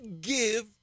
give